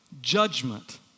judgment